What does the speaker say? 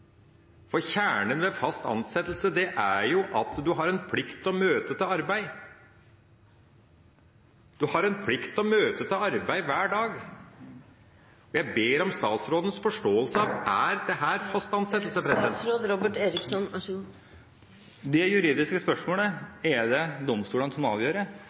for kjernen ved fast ansettelse er jo at en har en plikt til å møte på arbeid. En har en plikt til å møte på arbeid hver dag. Jeg ber om statsrådens forståelse: Er dette fast ansettelse? Det juridiske spørsmålet er det domstolene som må avgjøre.